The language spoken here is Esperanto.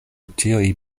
ĉiuj